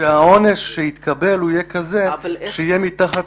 שהעונש שיתקבל הוא יהיה כזה שיהיה מתחת